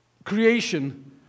creation